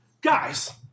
Guys